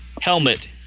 helmet